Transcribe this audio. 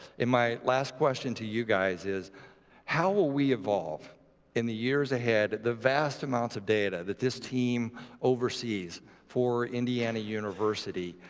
my last question to you guys is how will we evolve in the years ahead? the vast amounts of data that this team oversees for indiana university,